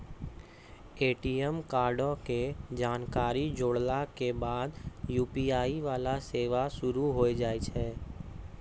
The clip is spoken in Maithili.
ए.टी.एम कार्डो के जानकारी जोड़ला के बाद यू.पी.आई वाला सेवा शुरू होय जाय छै